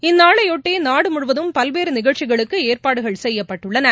இந்நாளையொட்டி நாடுமுழுவதும் பல்வேறு நிகழ்ச்சிகளுக்கு ஏற்பாடுகள் செய்யப்பட்டுள்ளன